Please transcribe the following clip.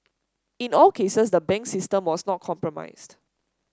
in all cases the banks system was not compromised